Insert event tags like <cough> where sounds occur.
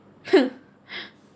<laughs>